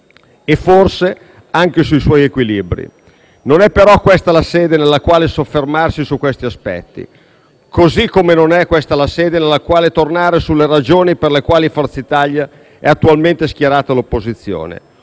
e, forse, anche sui suoi equilibri. Non è però questa la sede nella quale soffermarsi su questi aspetti e neppure quella nella quale tornare sulle ragioni per le quali Forza Italia è attualmente schierata all'opposizione: